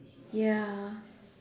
yeah